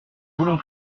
voulons